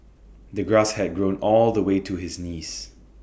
the grass had grown all the way to his knees